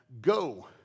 go